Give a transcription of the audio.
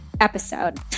episode